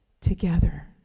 together